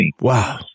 Wow